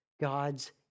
God's